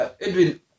Edwin